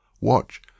Watch